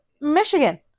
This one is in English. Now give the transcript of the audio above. michigan